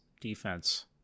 defense